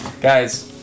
guys